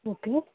okay